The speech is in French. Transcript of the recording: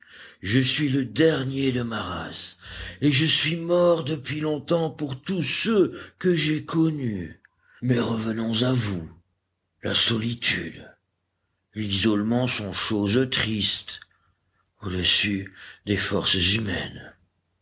je suis le dernier de ma race et je suis mort depuis longtemps pour tous ceux que j'ai connus mais revenons à vous la solitude l'isolement sont choses tristes au-dessus des forces humaines